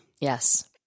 Yes